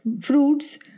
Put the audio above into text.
fruits